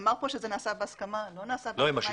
נאמר כאן שזה נעשה בהסכמה, אבל לא נעשה בהסכמה.